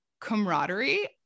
camaraderie